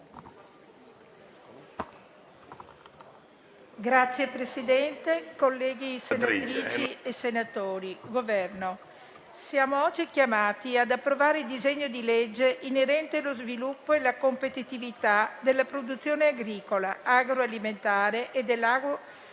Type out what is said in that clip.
senatrici e colleghi senatori, rappresentanti del Governo, siamo oggi chiamati ad approvare il disegno di legge inerente allo sviluppo e alla competitività della produzione agricola, agroalimentare e dell'acquacoltura